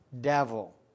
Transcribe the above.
devil